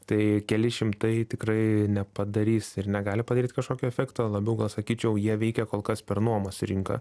tai keli šimtai tikrai nepadarys ir negali padaryt kažkokio efekto labiau gal sakyčiau jie veikia kol kas per nuomos rinką